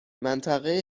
منطقه